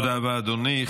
תודה רבה, אדוני.